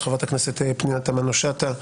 חברת הכנסת פנינה תמנו שטה,